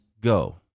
Go